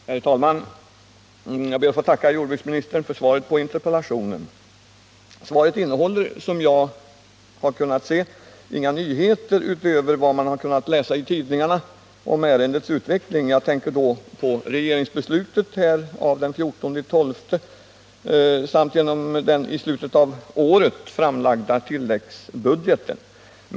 Herr talman! Jag ber att få tacka jordbruksministern för svaret på interpellationen. Svaret innehåller såvitt jag har kunnat se inga nyheter utöver vad man kunnat läsa i tidningarna om ärendets utveckling. Jag tänker då på regeringsbeslutet av den 14 december samt på den i slutet av året framlagda tilläggsbudgeten.